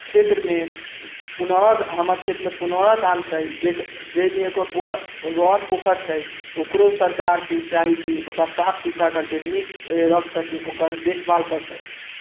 क्षेत्रमे पुनौद हमर क्षेत्रमे पुनौराधाम छै जाहिमे एकर पोखरि एगो आओर पोखरि छै ओकरो सरकारके चाही कि ओकरा साफ सुथरा करिके नीक रखि सकै ओकर देखभाल करि सकै